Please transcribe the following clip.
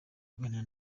kuganira